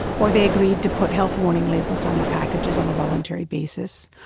or they agreed to put health warning labels on their packages on a voluntary basis,